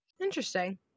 Interesting